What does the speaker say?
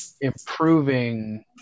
improving